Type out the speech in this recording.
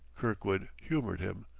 kirkwood humored him.